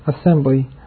Assembly